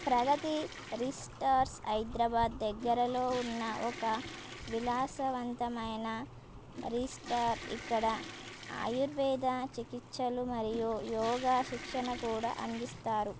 ప్రగతి resort Hyderabad దగ్గరలో ఉన్న ఒక విలాసవంతమైన రిసార్ట్ ఇక్కడ ఆయుర్వేద చికిత్సలు మరియు యోగా శిక్షణ కూడా అందిస్తారు